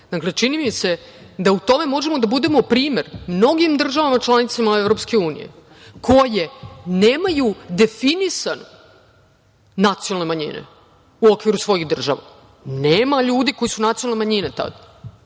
rekla. Dakle, čini mi se da u tome možemo da budemo primer mnogim državama članicama EU koje nemaju definisane nacionalne manjine u okviru svojih država. Nema ljudi koji su nacionalne manjine, tad.